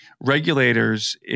regulators